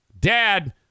Dad